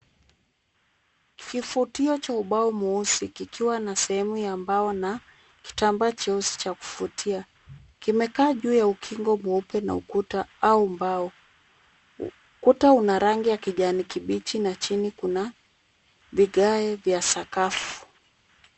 Kifutio cha ubao mweusi kikiwa na sehemu ya mbao na kitambaa cheusi cha kufutia. Kimekaa juu ya ukingo mweupe na ukuta au mbao. Ukuta una rangi ya kijani kibichi na chini kuna vigae vya sakafu.